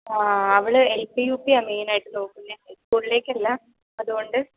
ആഹ് അവൾ L P U പിയാണ് main ആയിട്ടും നോക്കുന്നത് ഹൈസ്കൂളിലേക്കല്ല അതുകൊണ്ട്